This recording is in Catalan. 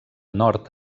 nord